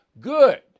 good